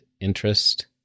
interest